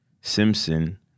Simpson